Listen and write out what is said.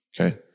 okay